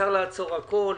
אפשר לעצור הכול,